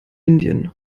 indien